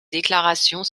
déclarations